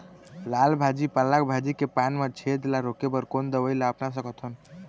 लाल भाजी पालक भाजी के पान मा छेद ला रोके बर कोन दवई ला अपना सकथन?